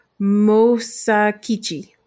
Mosakichi